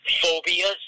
Phobias